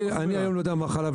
אני היום לא יודע מה חל עליו.